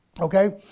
Okay